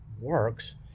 works